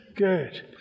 good